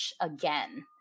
again